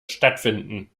stattfinden